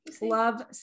Love